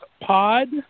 Pod